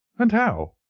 and how?